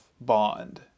bond